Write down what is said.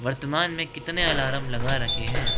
वर्तमान में कितने अलार्म लगा रखे हैं